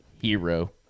Hero